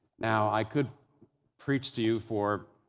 now i could preach to you for